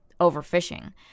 overfishing